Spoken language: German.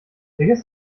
vergiss